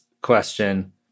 question